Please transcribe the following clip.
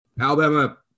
Alabama